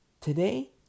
Today